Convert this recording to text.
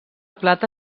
plata